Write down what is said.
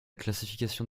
classification